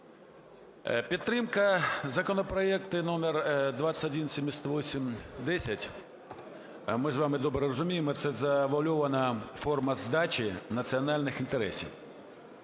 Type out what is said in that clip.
Підтримка законопроекту номер 2178-10, а ми з вами добре розуміємо, це завуальована форма здачі національних інтересів.